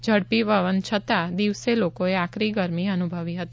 ઝડપી પવન છતાં દિવસે લોકોએ આકરી ગરમી અનુભવી હતી